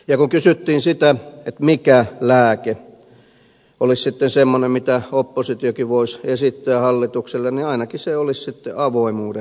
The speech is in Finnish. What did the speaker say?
kun kysyttiin sitä mikä lääke olisi sitten semmoinen mitä oppositiokin voisi esittää hallitukselle niin ainakin se olisi sitten avoimuuden lisääminen